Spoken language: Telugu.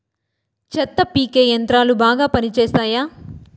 చెత్త పీకే యంత్రాలు బాగా పనిచేస్తాయా?